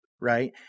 Right